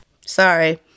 Sorry